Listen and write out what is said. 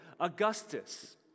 augustus